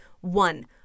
one